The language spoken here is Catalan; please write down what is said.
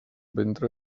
ventre